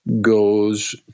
goes